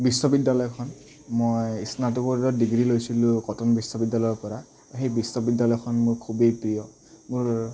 বিশ্ববিদ্য়ালয়খন মই স্নাতকোত্তৰ ডিগ্ৰী লৈছিলোঁ কটন বিশ্ববিদ্য়ালয়ৰ পৰা সেই বিশ্ববিদ্য়ালয়খন মোৰ খুবেই প্ৰিয় মোৰ